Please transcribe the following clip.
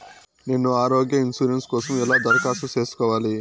నేను ఆరోగ్య ఇన్సూరెన్సు కోసం ఎలా దరఖాస్తు సేసుకోవాలి